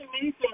amazing